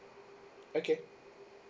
okay